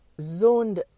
zoned